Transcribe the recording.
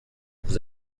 vous